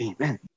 Amen